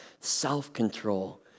self-control